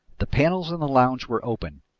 the panels in the lounge were open,